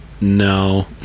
No